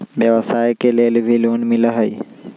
व्यवसाय के लेल भी लोन मिलहई?